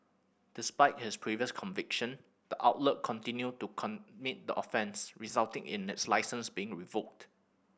despite his previous conviction the outlet continued to commit the offence resulting in its licence being revoked